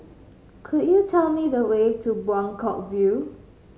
could you tell me the way to Buangkok View